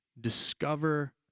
Discover